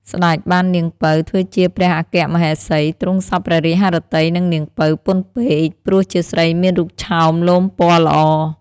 សេ្តចបាននាងពៅ ធ្វើជាព្រះអគ្គមហេសី ទ្រង់សព្វព្រះរាជហឫទ័យនឹង នាង ពៅ ពន់ពេក ព្រោះជាស្រីមានរូបឆោមលោមពណ៌‌ល្អ។